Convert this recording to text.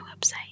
website